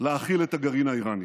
להכיל את הגרעין האיראני.